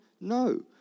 No